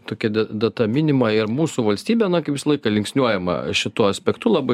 tokia data minima ir mūsų valstybė na kaip visą laiką linksniuojama šituo aspektu labai